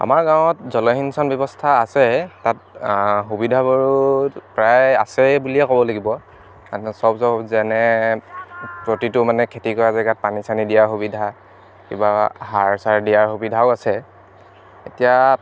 আমাৰ গাঁৱত জলসিঞ্চন ব্যৱস্থা আছে তাত সুবিধা বাৰু প্ৰায় আছে বুলিয়ে ক'ব লাগিব কাৰণ চব জব যেনে প্ৰতিটো মানে খেতি কৰা জেগাত পানী চানী দিয়াৰ সুবিধা কিবা সাৰ চাৰ দিয়াৰ সুবিধাও আছে এতিয়া